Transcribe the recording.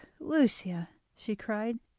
lucia she cried,